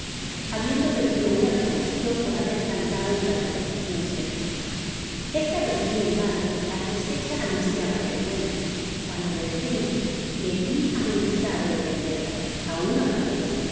habiendo perdido una recoleccion por haber planlado durante la estacion seca esta vez sin embargo la cosecha anunciaba ser buena cuando de repente me vi amenazado de perderla aun otra vez